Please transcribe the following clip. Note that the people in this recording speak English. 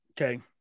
Okay